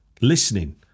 listening